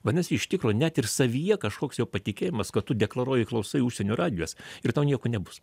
vadinasi iš tikro net ir savyje kažkoks jo patikėjimas kad tu deklaruoji klausai užsienio radijas ir tau nieko nebus